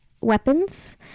weapons